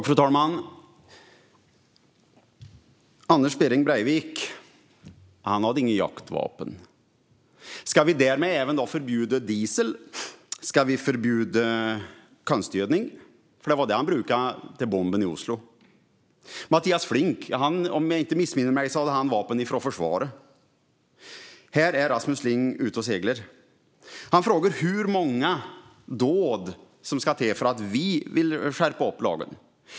Fru talman! Anders Behring Breivik hade inget jaktvapen. Ska vi därmed även förbjuda diesel? Ska vi förbjuda konstgödning? Det var det han använde till bomben i Oslo. Mattias Flink hade vapen från försvaret, om jag inte missminner mig. Här är Rasmus Ling ute och seglar. Han frågar hur många dåd som ska till för att vi ska vilja skärpa lagen.